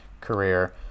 career